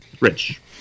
Rich